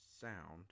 sound